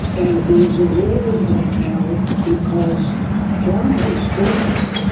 and there is a war right now because pharma is failing,